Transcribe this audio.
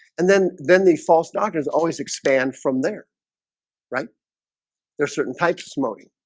and then then the false doctors always expand from there right there certain types of smo knee